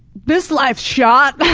this life's shot.